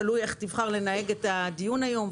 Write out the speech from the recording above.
תלוי איך תבחר לנהל את הדיון היום,